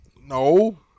no